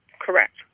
Correct